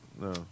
no